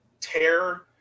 tear